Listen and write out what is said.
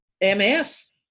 MS